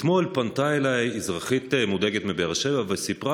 אתמול פנתה אליי אזרחית מודאגת מבאר שבע וסיפרה